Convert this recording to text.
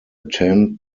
attend